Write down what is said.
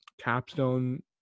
capstone